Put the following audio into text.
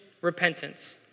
repentance